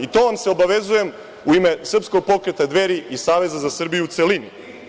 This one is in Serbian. I to vam se obavezujem u ime Srpskog pokreta Dveri i Saveza za Srbiju u celini.